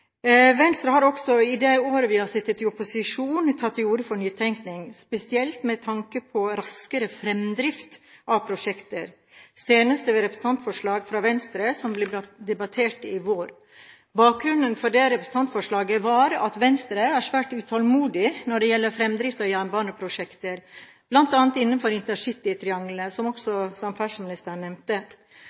Venstre har også i de årene vi har sittet i opposisjon, tatt til orde for nytenkning, spesielt med tanke på raskere fremdrift av prosjekter, senest ved et representantforslag fra Venstre som ble debattert i vår. Bakgrunnen for det representantforslaget var at Venstre er svært utålmodig når det gjelder fremdrift av jernbaneprosjekter, bl.a. innenfor intercitytriangelet, som også samferdselsministeren nevnte.